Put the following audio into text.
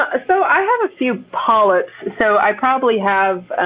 i so i have a few polyps. so i probably have, ah